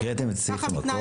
הקראתם את סעיף המקור?